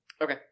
Okay